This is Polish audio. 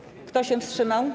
Kto się wstrzymał?